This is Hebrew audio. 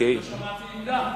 שמעתי עמדה.